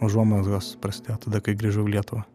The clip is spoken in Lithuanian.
užuomazgos prasidėjo tada kai grįžau į lietuvą